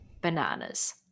bananas